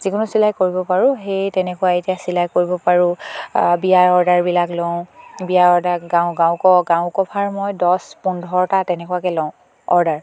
যিকোনো চিলাই কৰিব পাৰোঁ সেই তেনেকুৱা এতিয়া চিলাই কৰিব পাৰোঁ বিয়াৰ অৰ্ডাৰবিলাক লওঁ বিয়াৰ অৰ্ডাৰ গাও গাও কওঁ কভাৰ মই দছ পোন্ধৰটা তেনেকুৱাকৈ লওঁ অৰ্ডাৰ